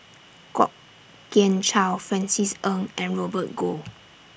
Kwok Kian Chow Francis Ng and Robert Goh